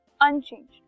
unchanged